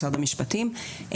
משרד המשפטים.